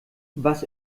was